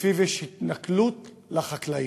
שיש התנכלות לחקלאים.